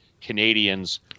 Canadians